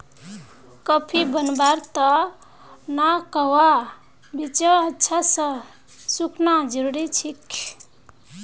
coffee बनव्वार त न कोकोआ बीजक अच्छा स सुखना जरूरी छेक